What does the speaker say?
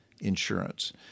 insurance